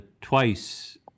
twice